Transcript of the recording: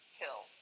kill